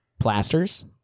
plasters